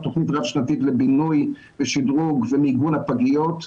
תכנית רב שנתית לבינוי ושידרוג ומיגון הפגיות,